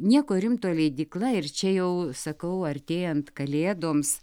nieko rimto leidykla ir čia jau sakau artėjant kalėdoms